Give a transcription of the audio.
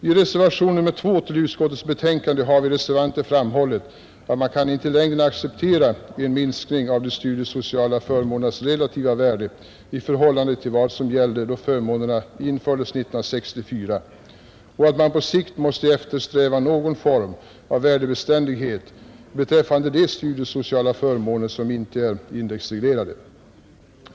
I reservation 2 till utskottets betänkande har vi reservanter framhållit att man inte i längden kan acceptera en minskning av de studiesociala förmånernas relativa värde i förhållande till vad som gällde då förmånerna infördes 1964 och att man på sikt måste eftersträva någon form av värdebeständighet beträffande de studiesociala förmåner som inte är indexreglerade.